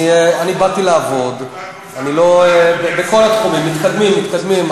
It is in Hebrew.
אבל בוצע מחוון, בכל התחומים מתקדמים, מתקדמים.